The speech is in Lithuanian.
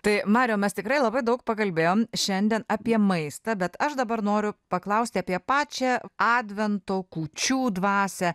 tai mariau mes tikrai labai daug pakalbėjom šiandien apie maistą bet aš dabar noriu paklausti apie pačią advento kūčių dvasią